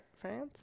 France